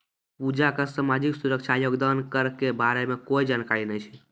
पूजा क सामाजिक सुरक्षा योगदान कर के बारे मे कोय जानकारी नय छै